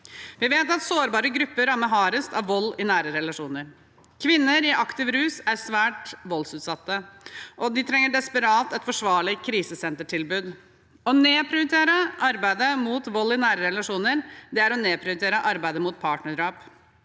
Vi vet at sårbare grupper rammes hardest av vold i nære relasjoner. Kvinner i aktiv rus er svært voldsutsatt, og de trenger desperat et forsvarlig krisesentertilbud. Å nedprioritere arbeidet mot vold i nære relasjoner er å nedprioritere arbeidet mot partnerdrap.